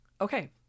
Okay